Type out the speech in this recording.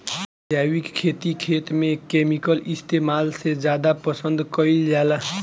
जैविक खेती खेत में केमिकल इस्तेमाल से ज्यादा पसंद कईल जाला